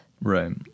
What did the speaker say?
right